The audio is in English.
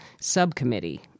subcommittee